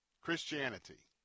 Christianity